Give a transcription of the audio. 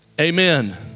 amen